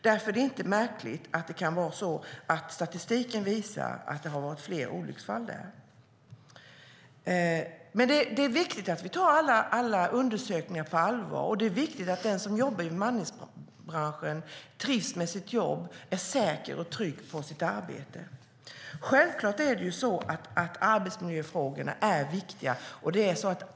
Därför är det inte märkligt att statistiken visar att det har varit fler olycksfall. Det är viktigt att vi tar alla undersökningar på allvar, och det är viktigt att den som jobbar i bemanningsbranschen trivs med sitt jobb och är säker och trygg på sitt arbete. Självklart är arbetsmiljöfrågorna viktiga.